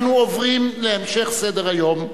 אנחנו עוברים להמשך סדר-היום.